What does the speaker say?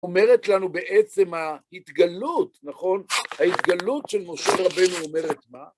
אומרת לנו בעצם ההתגלות, נכון? ההתגלות של משה רבנו אומרת... מה?